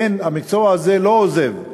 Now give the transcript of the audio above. אין, המקצוע הזה לא עוזב,